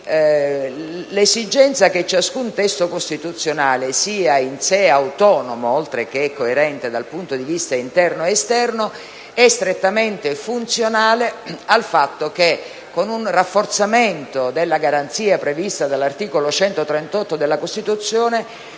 L'esigenza che ciascun testo costituzionale sia in sé autonomo, oltre che coerente dal punto di vista interno ed esterno, è strettamente funzionale al fatto che, con un rafforzamento della garanzia prevista dall'articolo 138 della Costituzione,